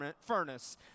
furnace